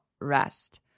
rest